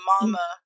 mama